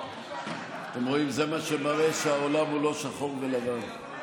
אתם רואים, זה מה שמראה שהעולם הוא לא שחור ולבן.